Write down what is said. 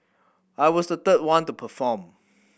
I was the third one to perform